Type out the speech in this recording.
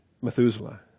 Methuselah